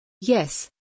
Yes